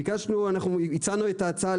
ביקשנו והצענו את ההצעה,